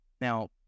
now